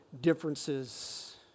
differences